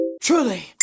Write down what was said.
Truly